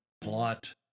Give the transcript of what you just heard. plot